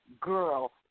girl